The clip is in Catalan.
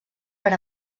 per